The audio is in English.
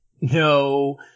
No